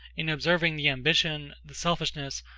in observing the ambition, the selfishness,